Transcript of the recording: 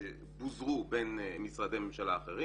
בוזרו בין משרדי ממשלה אחרים